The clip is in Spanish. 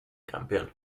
campeón